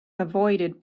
avoided